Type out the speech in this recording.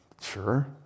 sure